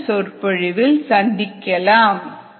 அடுத்த சொற்பொழிவில் சந்திக்கலாம்